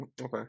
Okay